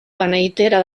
beneitera